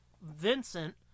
Vincent